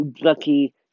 lucky